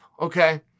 okay